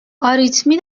آریتمی